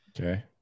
Okay